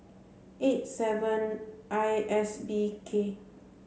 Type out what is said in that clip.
eight seven I S B K